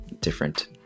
different